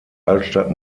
altstadt